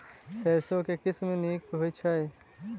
सैरसो केँ के किसिम नीक होइ छै?